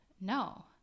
no